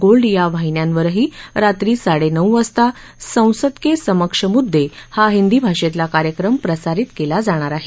gold या वाहिन्यांवरही रात्री साडेनऊ वाजता संसद के समक्ष मुद्दे हा हिंदी भाषेतला कार्यक्रम प्रसारीत केला जाणार आहे